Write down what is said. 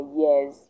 years